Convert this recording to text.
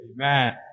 Amen